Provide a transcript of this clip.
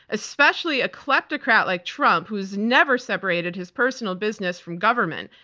especially a kleptocrat like trump, who has never separated his personal business from government,